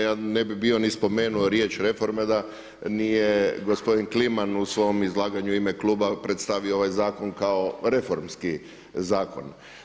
Ja ne bi bio ni spomenuo riječ reforma da nije gospodin Kliman u svom izlaganju ime kluba predstavio ovaj zakon kao reformski zakon.